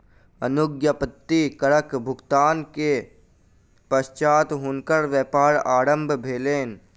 अनुज्ञप्ति करक भुगतान के पश्चात हुनकर व्यापार आरम्भ भेलैन